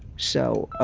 so